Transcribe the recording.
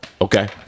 Okay